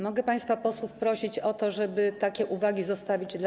Mogę państwa posłów prosić o to, żeby takie uwagi zostawić dla